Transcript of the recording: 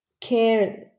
care